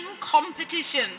Competition